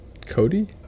Cody